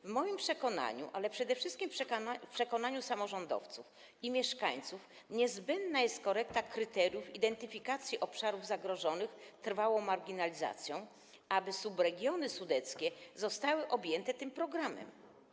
W moim przekonaniu, ale przede wszystkim w przekonaniu samorządowców i mieszkańców, niezbędna jest korekta kryteriów identyfikacji obszarów zagrożonych trwałą marginalizacją, tak aby subregiony sudeckie zostały objęte tym programem.